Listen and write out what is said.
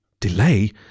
Delay